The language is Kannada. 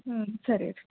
ಹ್ಞೂ ಸರಿ ರೀ